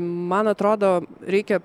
man atrodo reikia